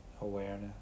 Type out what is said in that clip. awareness